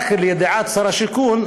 רק לידיעת שר השיכון,